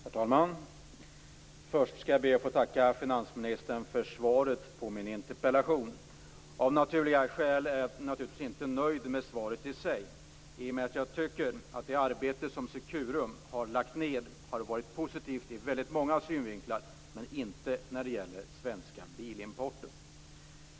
Herr talman! Först skall jag be att få tacka finansministern för svaret på min interpellation. Av naturliga skäl är jag inte nöjd med svaret i sig, då jag tycker att det arbete som Securum har lagt ned har varit positivt ur väldigt många synvinklar men inte när det gäller Svenska Bilimporten.